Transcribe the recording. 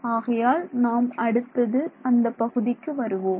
ஆகையால் நாம் அடுத்தது அந்த பகுதிக்கு வருவோம்